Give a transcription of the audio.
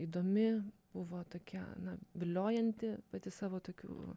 įdomi buvo tokia na viliojanti pati savo tokiu